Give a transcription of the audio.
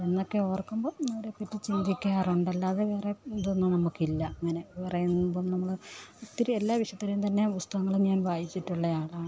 എന്നൊക്കെ ഓര്ക്കുമ്പം അവരേപ്പറ്റി ചിന്തിക്കാറുണ്ട് അല്ലാതെ വേറെ ഇതൊന്നും നമുക്കില്ല അങ്ങനെ പറയുമ്പം നമ്മൾ ഒത്തിരി എല്ലാ വിശുദ്ധരേ തന്നെ പുസ്തകങ്ങളും ഞാന് വായിച്ചിട്ടുള്ളയാളാണ്